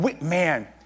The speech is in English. Man